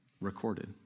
recorded